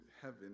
heaven